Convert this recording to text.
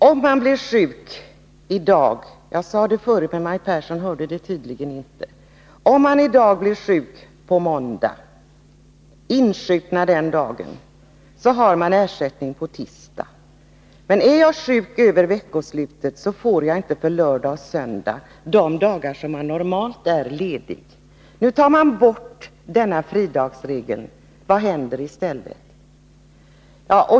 F. n. är det så — jag sade det tidigare, men det hörde Maj Pehrsson tydligen inte— att om man insjuknar en måndag, har man ersättning för tisdagen. Men om man är sjuk över veckoslutet, får man ingenting för lördag och söndag, dagar som man normalt är ledig. Nu tas fridagsregeln bort. Vad händer i stället?